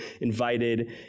invited